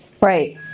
Right